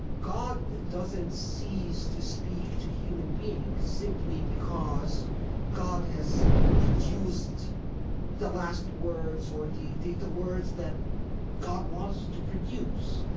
god doesn't cease to speak to human beings simply because god has produced the last words or the the words that god wants to produce.